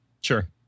Sure